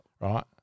Right